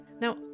Now